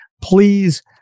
please